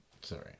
Sorry